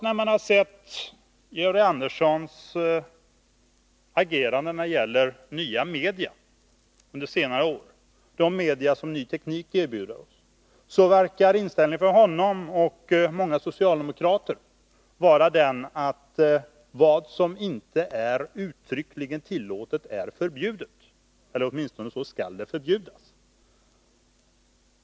När man har sett Georg Anderssons agerande under senare år när det gäller nya media, de som ny teknik erbjuder, får man den uppfattningen att han och många socialdemokrater anser att vad som inte är uttryckligen tillåtet är förbjudet — eller åtminstone skall det förbjudas.